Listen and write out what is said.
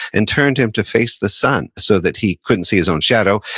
and turned him to face the sun, so that he couldn't see his own shadow.